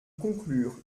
conclure